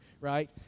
right